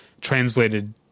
translated